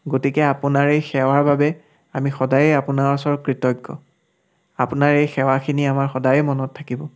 গতিকে আপোনাৰ এই সেৱাৰ বাবে আমি সদায়ে আপোনাৰ ওচৰত কৃতজ্ঞ আপোনাৰ এই সেৱাখিনি আমাৰ সদায়ে মনত থাকিব